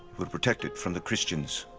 but protect it from the christians,